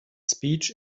speech